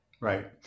Right